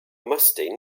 musty